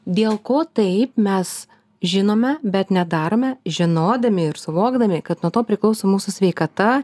dėl ko taip mes žinome bet nedarome žinodami ir suvokdami kad nuo to priklauso mūsų sveikata